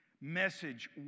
message